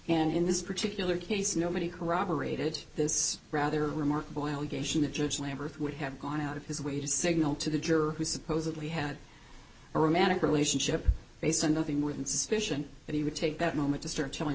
and in this particular case nobody corroborated this rather remarkable allegation the judge lamberth would have gone out of his way to signal to the juror who supposedly had a romantic relationship based on nothing more than suspicion and he would take that moment to start telling